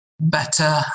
better